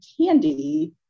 candy